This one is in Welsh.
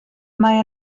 mae